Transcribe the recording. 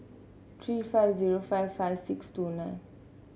three five zero five five six two nine